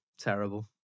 terrible